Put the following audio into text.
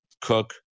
cook